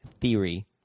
theory